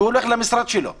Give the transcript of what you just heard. לשם שמירה,